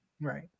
Right